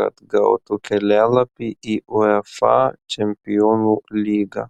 kad gautų kelialapį į uefa čempionų lygą